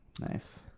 nice